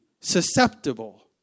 susceptible